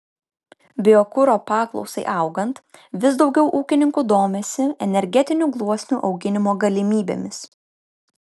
biokuro paklausai augant vis daugiau ūkininkų domisi energetinių gluosnių auginimo galimybėmis